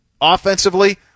offensively